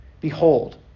Behold